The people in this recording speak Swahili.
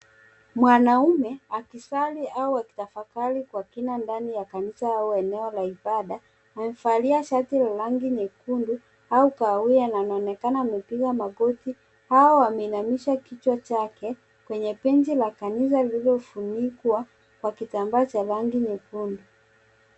Mwanamume akisali au kutafakari ndani ya kanisa au eneo la ibada. Amevalia shati la rangi nyekundu au kahawia na anaonekana amepiga magoti au ameinamisha kichwa chake kwenye benchi la kanisa lililofunikwa kwa kitambaa cha rangi nyekundu.